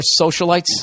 socialites